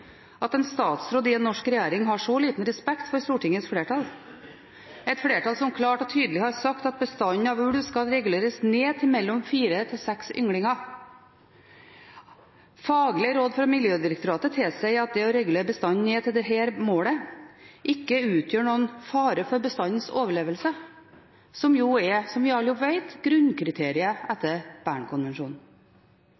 at en statsråd i en norsk regjering har så liten respekt for Stortingets flertall, et flertall som klart og tydelig har sagt at bestanden av ulv skal reguleres ned til mellom fire og seks ynglinger. Faglige råd fra Miljødirektoratet tilsier at det å regulere bestanden ned til dette målet ikke utgjør noen fare for bestandens overlevelse, som jo, som vi alle vet, er grunnkriteriet